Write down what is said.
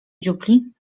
dziupli